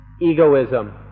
egoism